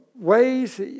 ways